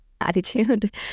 attitude